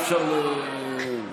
אפשר,